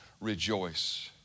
rejoice